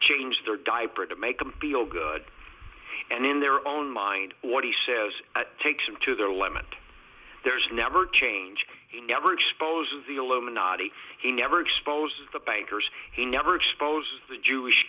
changed their diaper to make them feel good and in their own mind what he says takes them to their limit there's never change he never exposes the illuminati he never exposes the bankers he never exposes the jewish